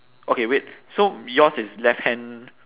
okay wait so yours is left hand